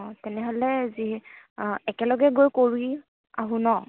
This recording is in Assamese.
অঁ তেনেহ'লে যি একেলগে গৈ কৰি আহোঁ ন